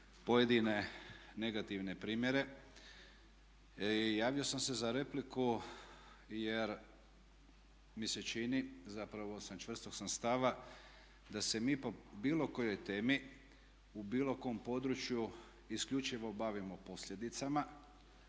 pojedine negativne primjere. Javio sam se za repliku, jer mi se čini, zapravo čvrstog sam stava, da se mi po bilo kojoj temi u bilo kom području isključivo bavimo posljedicama,